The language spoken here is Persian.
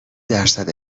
درصد